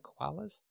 koalas